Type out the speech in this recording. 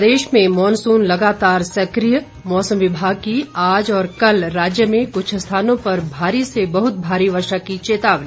प्रदेश में मॉनसून लगातार सक्रिय मौसम विमाग की आज और कल राज्य में कुछ स्थानों पर भारी से बहुत भारी वर्षा की चेतावनी